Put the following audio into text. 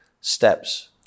steps